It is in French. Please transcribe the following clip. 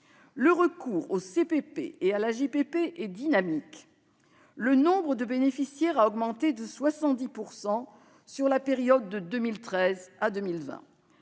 Le recours au CPP et à l'AJPP est dynamique : le nombre de bénéficiaires a augmenté de 70 % sur la période allant de 2013 à 2020.